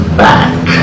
back